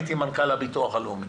הייתי מנכ"ל הביטוח הלאומי.